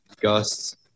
gusts